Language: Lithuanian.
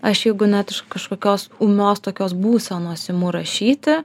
aš jeigu net iš kažkokios ūmios tokios būsenos imu rašyti